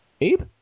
Abe